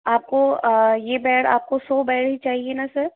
आपको यह बेड आपको सौ बेड ही चाहिए ना सर